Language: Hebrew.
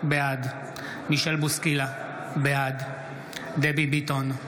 בעד מישל בוסקילה, בעד דבי ביטון,